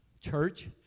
Church